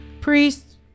priests